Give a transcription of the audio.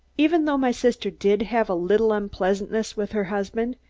even though my sister did have a little unpleasantness with her husband,